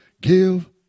give